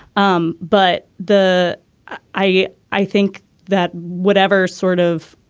um but the i i think that whatever sort of